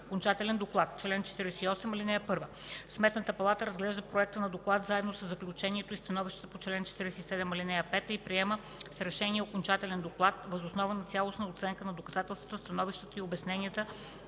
одитен доклад Чл. 48. (1) Сметната палата разглежда проекта на доклад заедно със заключението и становищата по чл. 47, ал. 5 и приема с решение окончателен одитен доклад въз основа на цялостна оценка на доказателствата, становищата и обясненията,